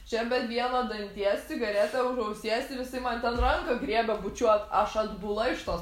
čia be vieno danties cigaretė už ausies ir jisai man ten ranką griebė bučiuot aš atbula iš tos